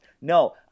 No